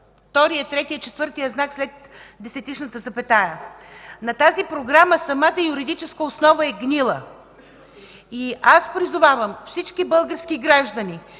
втория, третия, четвъртия знак след десетичната запетая. На тази програма самата юридическа основа е гнила. И аз призовавам всички български граждани